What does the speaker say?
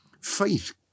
faith